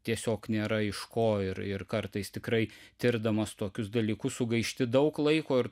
tiesiog nėra iš ko ir ir kartais tikrai tirdamas tokius dalykus sugaišti daug laiko ir